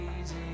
easy